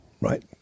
right